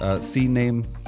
C-name